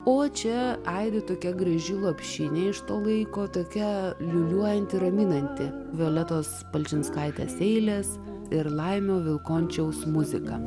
o čia aidi tokia graži lopšinė iš to laiko tokia liūliuojanti raminanti violetos palčinskaitės eiles ir laimio vilkončiaus muzika